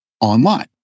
online